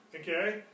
Okay